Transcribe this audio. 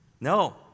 No